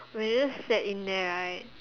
we're just sat in there right